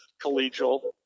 collegial